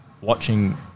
watching